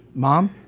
mom,